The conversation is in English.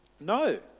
No